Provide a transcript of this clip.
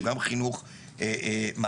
הוא גם חינוך מעשי.